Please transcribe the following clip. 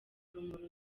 urumuri